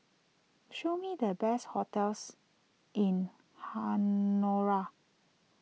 show me the best hotels in Honiara